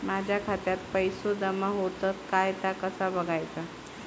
माझ्या खात्यात पैसो जमा होतत काय ता कसा बगायचा?